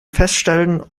feststellen